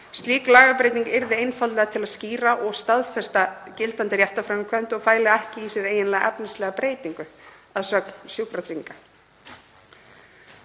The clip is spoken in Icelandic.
Slík lagabreyting yrði einfaldlega til að skýra og staðfesta gildandi réttarframkvæmd og fæli ekki í sér eiginlega efnislega breytingu að sögn Sjúkratrygginga.